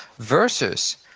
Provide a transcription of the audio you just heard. versus,